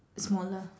smaller